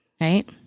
Right